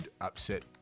upset